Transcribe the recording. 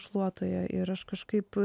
šluotoje ir aš kažkaip